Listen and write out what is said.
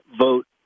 vote